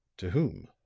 to whom?